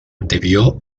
debió